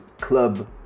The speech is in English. Club